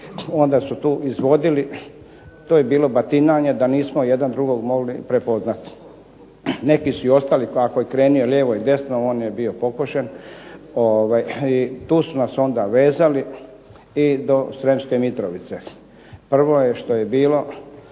Onda su tu izvodili, to je bilo batinjanje da nismo jedan drugog mogli prepoznati. Neki su i ostali, ako je tko krenuo lijevo i desno on je bio pokošen. I tu su nas onda vezali i do Srijemske Mitrovice. Prvo što je bilo